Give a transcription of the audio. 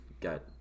Got